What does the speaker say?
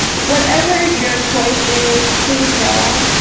whatever your choice is, please. no,